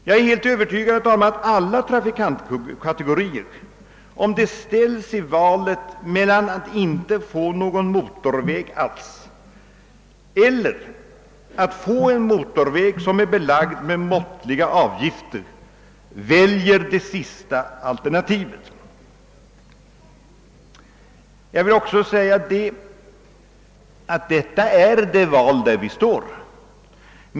Jag är helt övertygad om, herr talman, att alla trafikantkategorier om de ställs i valet mellan att inte få någon motorväg alls eller att få en motorväg, som är belagd med måttliga avgifter, föredrar det sista alternativet. Detta är det val vi står inför.